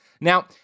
Now